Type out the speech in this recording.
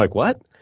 like what?